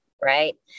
Right